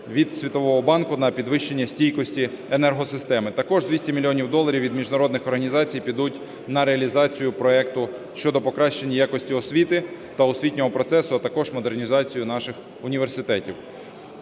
від Світового банку на підвищення стійкості енергосистеми. Також 200 мільйонів доларів від міжнародних організацій підуть на реалізацію проекту щодо покращення якості освіти та освітнього процесу, а також модернізацію наших університетів.